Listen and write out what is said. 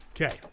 Okay